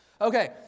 Okay